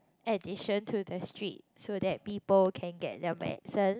addition to the street so that people can get their medicine